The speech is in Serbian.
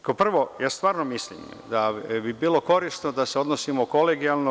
Kao prvo, ja stvarno mislim da bi bilo korisno da se odnosimo kolegijalno.